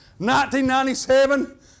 1997